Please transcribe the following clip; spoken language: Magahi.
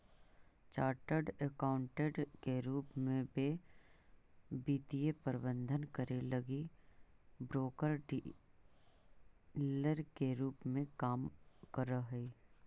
चार्टर्ड अकाउंटेंट के रूप में वे वित्तीय प्रबंधन करे लगी ब्रोकर डीलर के रूप में काम करऽ हई